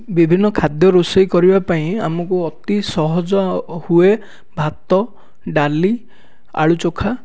ବିଭିନ୍ନ ଖାଦ୍ୟ ରୋଷେଇ କରିବା ପାଇଁ ଆମକୁ ଅତି ସହଜ ହୁଏ ଭାତ ଡାଲି ଆଳୁ ଚୋଖା